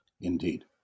Indeed